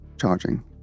charging